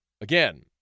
Again